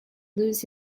lose